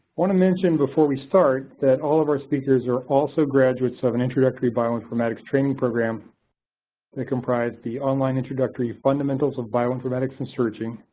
want to mention before we start that all of our speakers are also graduates of an introductory bioinformatics training program that comprised the online introductory fundamentals of bioinformatics and searching.